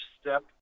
step